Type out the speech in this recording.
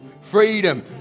freedom